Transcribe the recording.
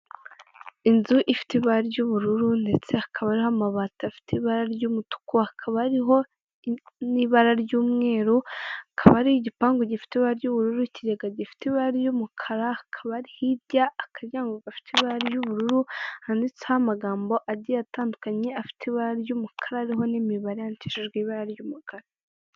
Inzu ifite ibara ry'ubururu ndetse hakaba hariho amabati afite ibara ry'umutuku, hakaba hariho n'ibara ry'umweru. Akaba ari igipangu gifite ibara ry'ubururu, ikigega gifite ibara ry'umukara, hakaba hirya hari akaryango gafite ibara ry'ubururu handitseho amagambo agiye atandukanye afite ibara ry'umukara, ariho n'imibare yandikishijwe ibara ry'umukara.